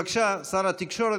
בבקשה, שר התקשורת.